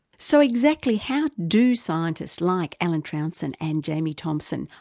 so exactly how do scientists like alan trounson and jamie thompson,